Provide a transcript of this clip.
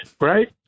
right